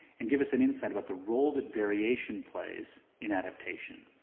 and give us an insight about the role that variation plays in adaptation.